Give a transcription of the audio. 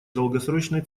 долгосрочной